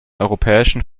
europäischen